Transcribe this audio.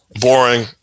boring